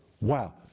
Wow